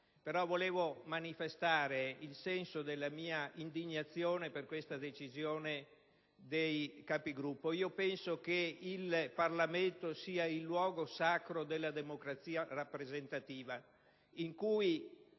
Desidero manifestare il senso della mia indignazione per questa decisione dei Capigruppo. Penso che il Parlamento sia il luogo sacro della democrazia rappresentativa, in cui